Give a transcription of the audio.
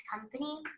company